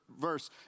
verse